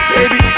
Baby